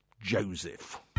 Joseph